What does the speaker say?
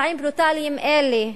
אמצעים ברוטליים אלה,